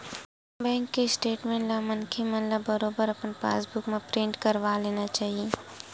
bank के statement ला मनखे मन ल बरोबर अपन पास बुक म प्रिंट करवा लेना ही चाही